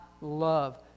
love